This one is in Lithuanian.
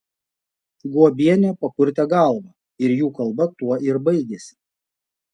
guobienė papurtė galvą ir jų kalba tuo ir baigėsi